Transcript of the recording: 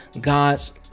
God's